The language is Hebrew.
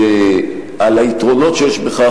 על היתרונות שיש בה,